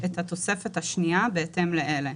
את התוספת השנייה בהתאם לאלה: